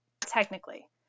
technically